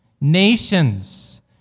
Nations